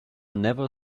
never